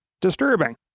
disturbing